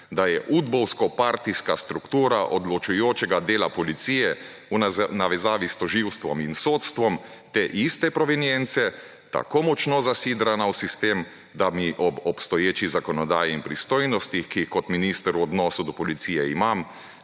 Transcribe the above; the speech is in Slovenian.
da je udbovsko-partijska struktura odločujočega dela policije v navezavi s tožilstvom in sodstvom te iste provinience tako močno zasidrana v sistem, da mi ob obstoječi zakonodaji in pristojnostih, ki jih kot minister v odnosu do policije imam,